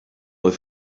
oedd